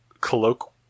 colloquial